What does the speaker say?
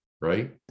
right